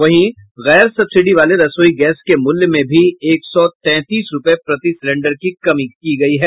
वहीं गैर सब्सिडी वाले रसोई गैस के मूल्य में भी एक सौ तैंतीस रुपये प्रति सिलेंडर की कमी की गई है